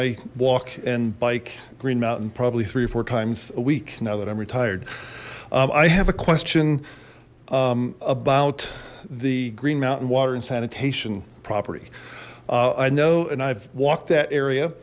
i walk and bike green mountain probably three or four times a week now that i'm retired i have a question about the green mountain water and sanitation property i know and i've walked that